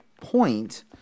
point